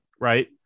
right